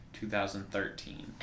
2013